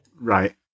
Right